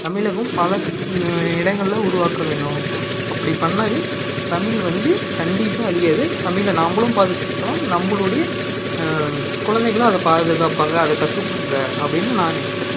தமிழகம் பல இடங்களில் உருவாக்க வேண்டும் அப்படி பண்ணால் தமிழ் வந்து கண்டிப்பாக அழியாது தமிழை நாம்மளும் பாதுகாக்கலாம் நம்மளுடைய குழந்தைகளும் அதை பாதுகாப்பாங்க அதை கற்றுக்குவாங்க அப்படின்னு நான் நினைக்கிறேன்